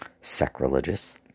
Sacrilegious